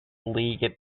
league